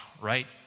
Right